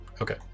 Okay